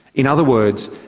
in other words,